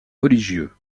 religieux